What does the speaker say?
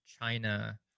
china